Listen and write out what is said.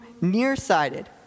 nearsighted